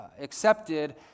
accepted